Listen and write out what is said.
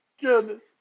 goodness